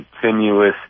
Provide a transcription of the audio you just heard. continuous